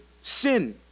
sin